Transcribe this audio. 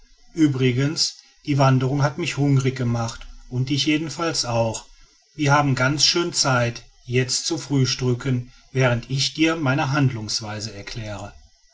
übrigens die wanderung hat mich hungrig gemacht und dich jedenfalls auch wir haben ganz schön zeit jetzt zu frühstücken während ich dir meine handlungsweise erkläre